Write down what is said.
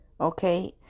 Okay